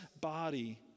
body